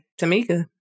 Tamika